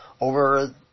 over